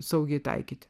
saugiai taikyti